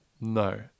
no